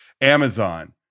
Amazon